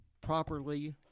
Properly